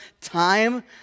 time